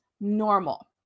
normal